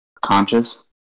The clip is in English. conscious